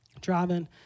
driving